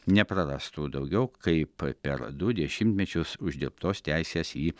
neprarastų daugiau kaip per du dešimtmečius uždirbtos teisės į